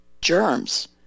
germs